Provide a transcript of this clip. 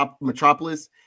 Metropolis